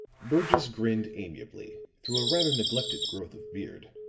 burgess grinned amiably through a rather neglected growth of beard.